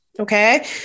Okay